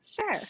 Sure